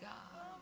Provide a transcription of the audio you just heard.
God